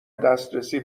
دسترسی